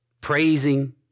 praising